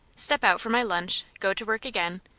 step out for my junch, go to work again,